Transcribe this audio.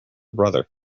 brother